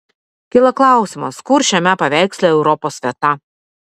kyla klausimas kur šiame paveiksle europos vieta